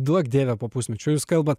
duok dieve po pusmečio jūs kalbat